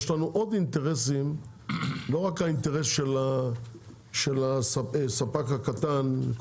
יש לנו עוד אינטרסים ולא רק האינטרס של הספק הקטן.